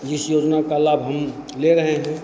इस योजना का लाभ हम ले रहे हैं